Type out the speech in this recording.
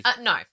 No